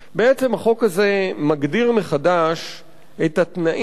בעצם החוק הזה מגדיר מחדש את התנאים